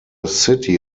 city